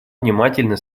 внимательно